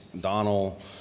Donald